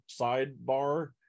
sidebar